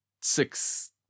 six